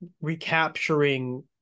recapturing